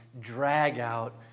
drag-out